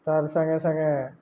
ତା'ର ସାଙ୍ଗେ ସାଙ୍ଗେ